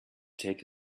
take